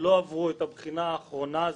לא עברו את הבחינה האחרונה הזו,